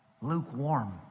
lukewarm